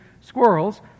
squirrels